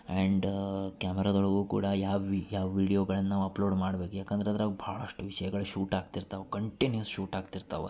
and ಕ್ಯಾಮರದೊಳಗು ಕೂಡ ಯಾವ್ ಯಾವ್ ವೀಡಿಯೋಗಳನ್ ನಾವ್ ಅಪ್ಲೋಡ್ ಮಾಡ್ಬೇಕ್ ಯಾಕಂದ್ರ್ ಅದ್ರಾಗ್ ಭಾಳಷ್ಟು ವಿಷಯಗಳ ಶೂಟ್ ಆಗ್ತಿರ್ತವು ಕಂಟಿನ್ಯೂ ಶೂಟ್ ಆಗ್ತಿರ್ತವ